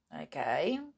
Okay